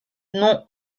non